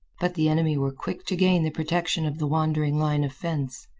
but the enemy were quick to gain the protection of the wandering line of fence.